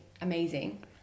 amazing